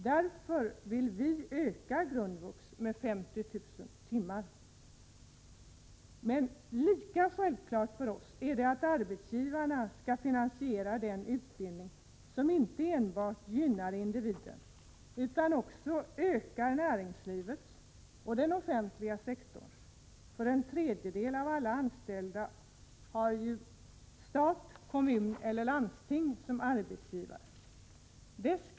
Vi vill därför öka grundvux med 50 000 timmar. Men lika självklart för oss är det arbetsgivarna som skall finansiera den utbildning som inte enbart gynnar individen utan också ökar kapaciteten och konkurrenskraften inom näringslivet eller inom den offentliga sektorn — för 101 en tredjedel av alla anställda har ju stat, kommun eller landsting som arbetsgivare.